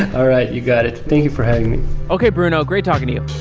all right. you got it. thank you for having me okay, bruno. great talking to you